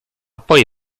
poi